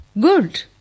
Good